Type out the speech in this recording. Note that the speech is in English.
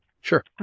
sure